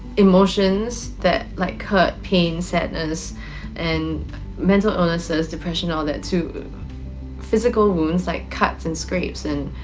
emotions that like hurt, pain, sadness and mental illnesses, depression all that to physical wounds like cuts and scrapes and